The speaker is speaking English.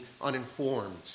uninformed